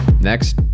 Next